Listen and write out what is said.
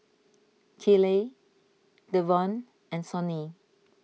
Keeley Deven and Sonny